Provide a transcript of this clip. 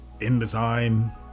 InDesign